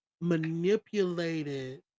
manipulated